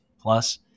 plus